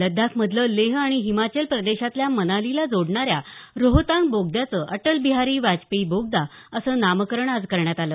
लद्दाख मधलं लेह आणि हिमाचल प्रदेशातल्या मनालीला जोडणाऱ्या रोहतांग बोगद्याचं अटल बिहारी वाजपेयी बोगदा असं नामकरण आज करण्यात आलं